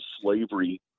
slavery